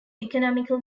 economical